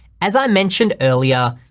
as i mentioned earlier,